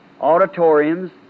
auditoriums